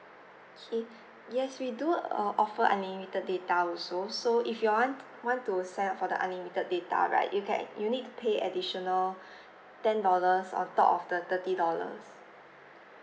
okay yes we do err offer unlimited data also so if you want want to sign up for the unlimited data right you can you need pay additional ten dollars on top of the thirty dollars